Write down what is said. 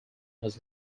was